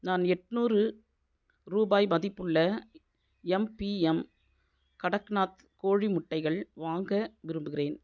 நான் எட்னூறு ரூபாய் மதிப்புள்ள எம்பிஎம் கடக்நாத் கோழி முட்டைகள் வாங்க விரும்புகிறேன்